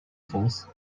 force